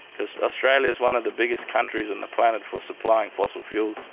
because australia is one of the biggest countries on the planet for supplying fossil fuels.